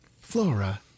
Flora